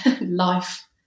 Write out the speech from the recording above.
life